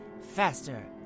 faster